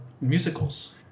musicals